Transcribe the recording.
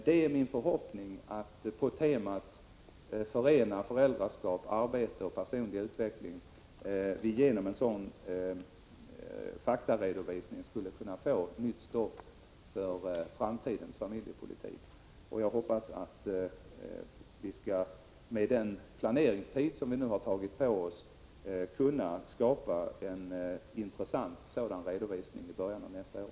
Det är min förhoppning att vi på temat ”Förena föräldraskap, arbete och personlig utveckling” och genom en sådan faktaredovisning skulle kunna få nytt stoff för framtidens familjepolitik. Jag hoppas att vi med den planeringstid som vi nu har tagit på oss skall kunna skapa en intressant sådan redovisning i början av nästa år.